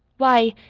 why,